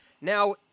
Now